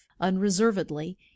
unreservedly